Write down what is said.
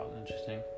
interesting